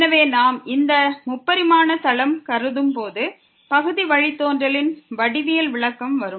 எனவே நாம் இந்த முப்பரிமாண தளம் கருதும் போது பகுதி வழித்தோன்றலின் வடிவியல் விளக்கம் வரும்